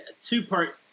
Two-part